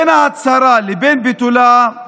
בין ההצהרה לבין ביטולה,